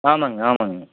ஆமாம்ங்க ஆமாம்ங்க